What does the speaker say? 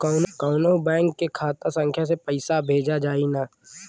कौन्हू बैंक के खाता संख्या से पैसा भेजा जाई न?